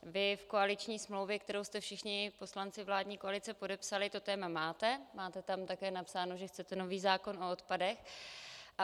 Vy v koaliční smlouvě, kterou jste všichni poslanci vládní koalice podepsali, to téma máte, máte tam taky napsáno, že chcete nový zákon o odpadech.